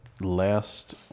last